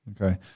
Okay